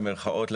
במירכאות,